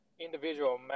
individual